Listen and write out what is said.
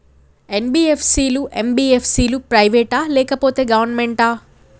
NBFC లు, MBFC లు private ఆ లేకపోతే గవర్నమెంటా?